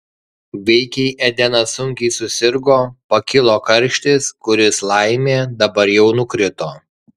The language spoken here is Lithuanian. veikiai edenas sunkiai susirgo pakilo karštis kuris laimė dabar jau nukrito